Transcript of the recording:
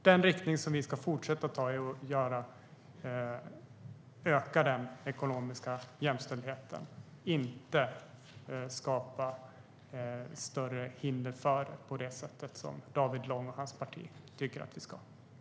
Den riktning som vi ska fortsätta att ta är att öka den ekonomiska jämställdheten - inte att skapa större hinder för den på det sätt som David Lång och hans parti tycker att vi ska göra.